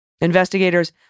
Investigators